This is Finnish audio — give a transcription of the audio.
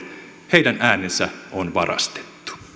heidän äänensä on varastettu